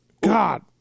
God